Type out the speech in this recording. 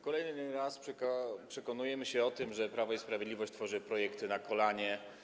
Kolejny raz przekonujemy się o tym, że Prawo i Sprawiedliwość tworzy projekty na kolanie.